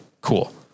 cool